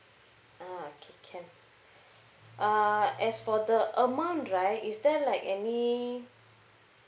ah okay can uh as for the amount right is there like any